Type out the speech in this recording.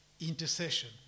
intercession